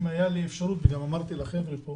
אם הייתה לי אפשרות אמרתי את זה גם לחבר'ה פה